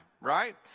right